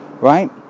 right